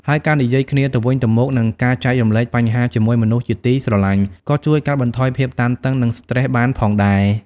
ហើយការនិយាយគ្នាទៅវិញទៅមក និងការចែករំលែកបញ្ហាជាមួយមនុស្សជាទីស្រឡាញ់ ក៏ជួយកាត់បន្ថយភាពតានតឹង និងស្ត្រេសបានផងដែរ។